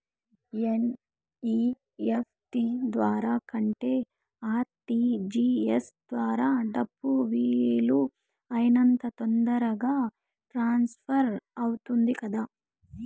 NEFT ద్వారా కంటే RTGS ద్వారా డబ్బు వీలు అయినంత తొందరగా ట్రాన్స్ఫర్ అవుతుంది కదా